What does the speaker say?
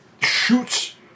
shoots